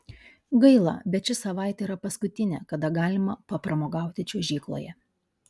gaila bet ši savaitė yra paskutinė kada galima papramogauti čiuožykloje